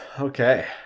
okay